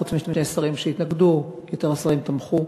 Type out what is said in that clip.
חוץ משני שרים שהתנגדו, השרים תמכו.